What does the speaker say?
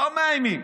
לא מאיימים.